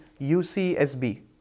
UCSB